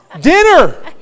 Dinner